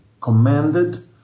commanded